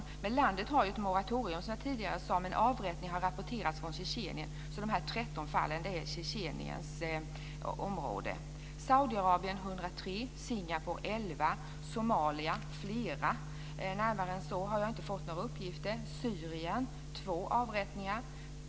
Ryssland har sedan tidigare ett moratorium, som jag tidigare sade, men avrättningar har rapporterats från Tjetjenien. Dessa 13 fall är i 11, Somalia flera. Jag har inte fått några närmare uppgifter än så.